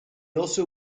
also